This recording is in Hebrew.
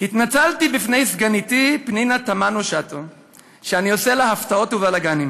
"התנצלתי בפני סגניתי פנינה תמנו-שטה על כך שאני עושה לה הפתעות ובלגן,